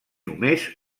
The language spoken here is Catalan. només